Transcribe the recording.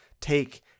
take